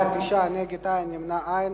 9, אין מתנגדים, אין נמנעים.